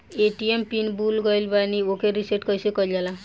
ATM pin भूल गईल पर ओके रीसेट कइसे कइल जाला?